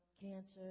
cancer